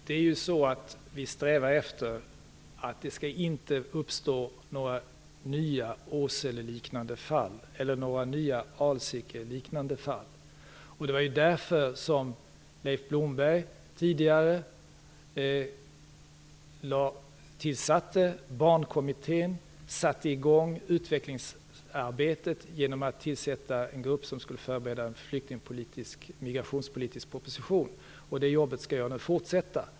Fru talman! Vi strävar efter att det inte skall uppstå några nya Åseleliknande fall eller några nya Alsikeliknande fall. Det var därför som Leif Blomberg tidigare tillsatte Barnkommittén och satte i gång utvecklingsarbetet genom att tillsätta en grupp som skulle förbereda en migrationspolitisk proposition. Det jobbet skall jag nu fortsätta.